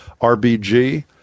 RBG